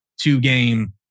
two-game